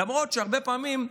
למרות שהרבה פעמים,